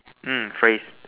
mm phrase